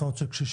הסעות של קשישים.